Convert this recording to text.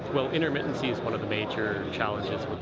well, intermittency is one of the major challenges.